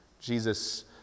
Jesus